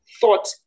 thought